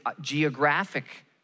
geographic